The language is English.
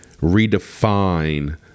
redefine